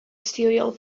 serial